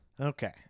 Okay